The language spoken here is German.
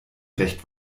recht